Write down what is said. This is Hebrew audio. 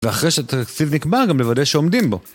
ואחרי שהתקציב נקבע, גם לוודא שעומדים בו.